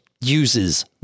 uses